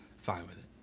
fine with it.